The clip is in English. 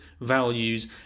values